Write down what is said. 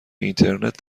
اینترنت